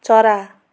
चरा